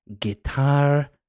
Guitar